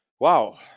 Wow